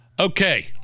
okay